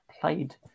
played